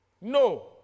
No